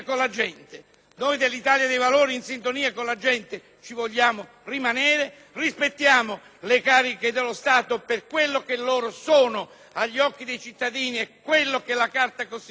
Noi dell'Italia dei Valori in sintonia con la gente ci vogliamo rimanere. Rispettiamo le cariche dello Stato per quello che sono agli occhi dei cittadini e per i compiti che la Carta costituzionale